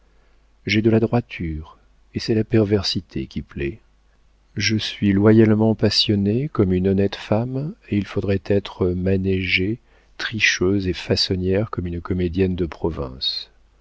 j'ai de la droiture et c'est la perversité qui plaît je suis loyalement passionnée comme une honnête femme et il faudrait être manégée tricheuse et façonnière comme une comédienne de province